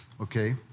okay